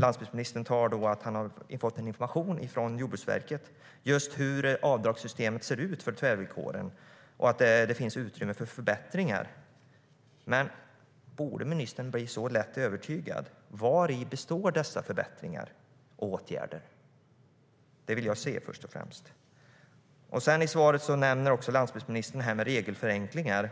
Landsbygdsministern säger i svaret att han har fått information från Jordbruksverket om hur avdragssystemet ser ut för tvärvillkoren och att det finns utrymme för förbättringar. Men borde ministern så lätt bli övertygad? Vari består dessa förbättringar och åtgärder? Det vill jag se först och främst. I svaret nämner lantbruksministern också regelförenklingar